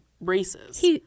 races